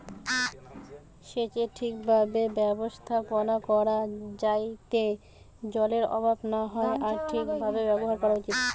সেচের ঠিক ভাবে ব্যবস্থাপনা করা যাইতে জলের অভাব না হয় আর তা ঠিক ভাবে ব্যবহার করা হতিছে